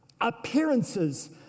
appearances